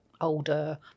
older